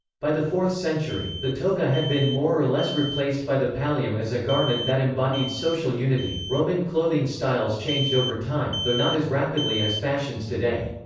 by the fourth century, the toga had been more or less replaced by the pallium as a garment that embodied social unity roman clothing styles changed over time, though not as rapidly as fashions today.